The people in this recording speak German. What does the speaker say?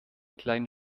kleinen